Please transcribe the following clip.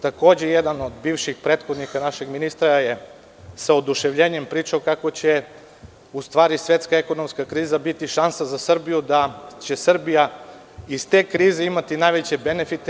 Takođe, jedan od prethodnika našeg ministra je sa oduševljenjem pričao kako će u stvari svetska ekonomska kriza biti šansa za Srbiju, da će Srbija iz te krize imati najveće benefite.